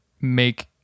make